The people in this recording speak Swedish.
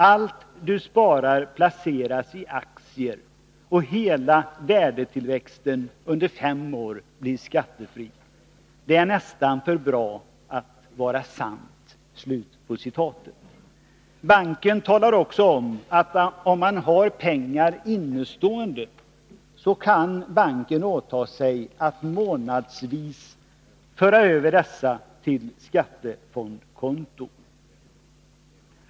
Allt du sparar placeras i aktier och hela värdetillväxten under fem år blir skattefri. Det är nästan för bra för att vara sant.” Banken talar också om att om man har pengar innestående kan banken åta sig att månadsvis föra över dessa till skattefondskonto.